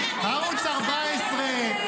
ערוץ 14,